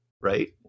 right